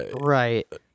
right